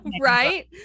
Right